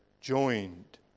joined